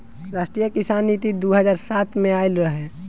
राष्ट्रीय किसान नीति दू हज़ार सात में आइल रहे